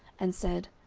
and said,